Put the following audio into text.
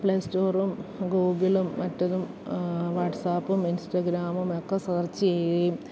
play സ്റ്റോറും ഗൂഗിളും മറ്റതും വാട്സാപ്പും ഇൻസ്റ്റഗ്രാമും ഒക്കെ സേർച്ച്യ്യുകയും